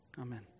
Amen